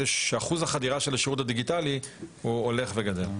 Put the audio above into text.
אחוז החדירה של השירות הדיגיטלי הולך וגדל.